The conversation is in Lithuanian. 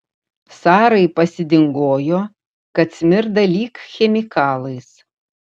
sarai pasidingojo kad smirda lyg chemikalais